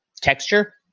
Texture